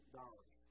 dollars